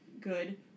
good